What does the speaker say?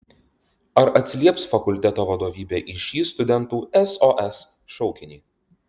ar atsilieps fakulteto vadovybė į šį studentų sos šaukinį